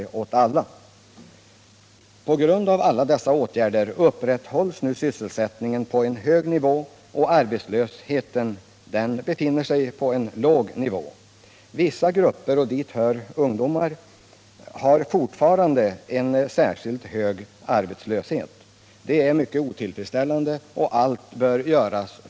På grund av alla samhällsinsatser upprätthålls nu sysselsättningen på en hög nivå. Sysselsättningen och arbetslösheten befinner sig på gynnsammare nivåer nu än under förra lågkonjunkturen 1971. Vissa grupper, och dit hör ungdomarna, har fortfarande en särskilt hög arbetslöshet.